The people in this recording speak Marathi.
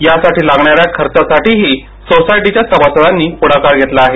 यासाठी लागणाऱ्या खर्चासाठीही सोसायटीच्या सभासदांनी पुढाकार घेतला आहे